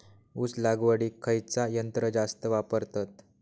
ऊस लावडीक खयचा यंत्र जास्त वापरतत?